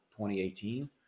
2018